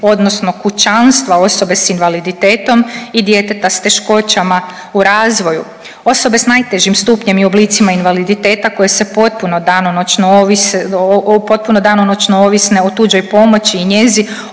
odnosno kućanstva osobe s invaliditetom i djeteta s teškoćama u razvoju. Osobe s najtežim stupnjem i oblicima invaliditeta koje se potpuno danonoćno ovise, potpuno danonoćno